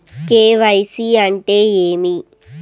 KYC అంటే ఏమి?